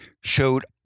showed